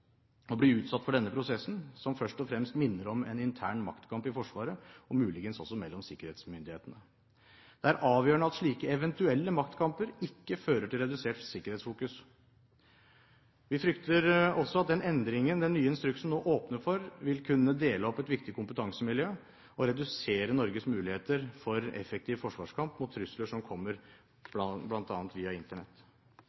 utsatt for denne prosessen, som først og fremst minner om en intern maktkamp i Forsvaret, og muligens også mellom sikkerhetsmyndighetene. Det er avgjørende at slike eventuelle maktkamper ikke fører til redusert sikkerhetsfokus. Vi frykter også at den endringen den nye instruksen nå åpner for, vil kunne dele opp et viktig kompetansemiljø og redusere Norges muligheter for effektiv forsvarskamp mot trusler som kommer